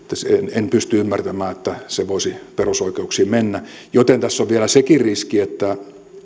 en pysty ymmärtämään että se voisi perusoikeuksiin mennä joten tässä on vielä sekin riski että